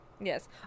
Yes